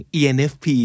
enfp